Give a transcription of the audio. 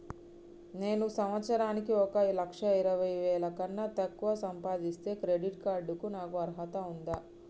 నేను సంవత్సరానికి ఒక లక్ష ఇరవై వేల కన్నా తక్కువ సంపాదిస్తే క్రెడిట్ కార్డ్ కు నాకు అర్హత ఉందా?